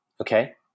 okay